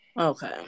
Okay